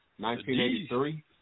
1983